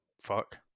fuck